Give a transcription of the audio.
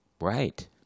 Right